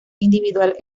individual